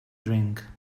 drink